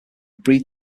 breed